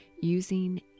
using